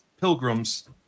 pilgrims